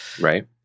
Right